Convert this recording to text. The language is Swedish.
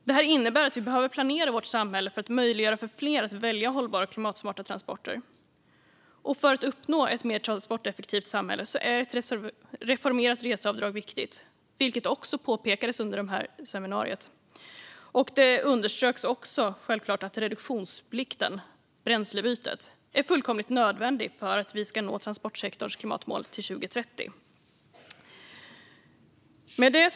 Det här innebär att vi behöver planera vårt samhälle för att möjliggöra för fler att välja hållbara och klimatsmarta transporter. Och för att uppnå ett mer transporteffektivt samhälle är ett reformerat reseavdrag viktigt, vilket också påpekades under utfrågningen. Det underströks självklart också att reduktionsplikten, bränslebytet, är fullkomligt nödvändig för att vi ska nå transportsektorns klimatmål till 2030.